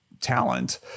talent